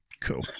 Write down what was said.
Cool